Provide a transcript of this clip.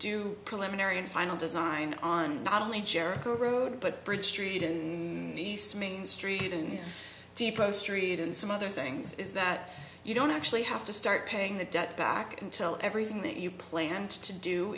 and final design on not only jericho road but bridge street and east main street in depot street and some other things is that you don't actually have to start paying the debt back until everything that you planned to do